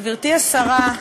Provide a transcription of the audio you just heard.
גברתי השרה,